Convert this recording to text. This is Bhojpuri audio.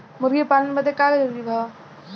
मुर्गी पालन बदे का का जरूरी ह?